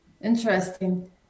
Interesting